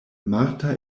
marta